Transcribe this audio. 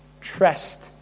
Trust